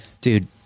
dude